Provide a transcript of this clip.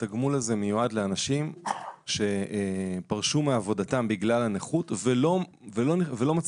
התגמול הזה מיועד לאנשים שפרשו מעבודתם בגלל הנכות ולא מצליחים